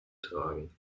tragen